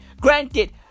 Granted